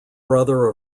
brother